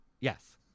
Yes